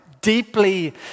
deeply